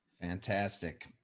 Fantastic